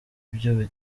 byo